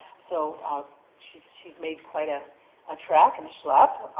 so she's she's made quite a ah trek and schlepp.